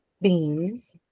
Beans